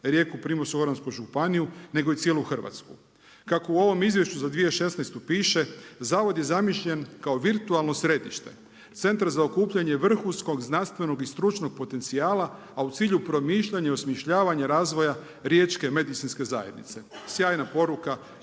Rijeku, Primorsko-goransku županiju nego i cijelu Hrvatsku. Kako u ovom izvješću za 2016. piše, Zavod je zamišljen kao virtualno središte, centar za okupljanje vrhunskog znanstvenog i stručnog potencijala a u cilju promišljanja i osmišljavanja razvoja riječke medicinske zajednice. Sjajna poruka